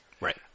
Right